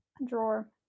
Drawer